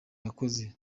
yakoze